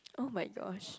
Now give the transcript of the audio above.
oh-my-gosh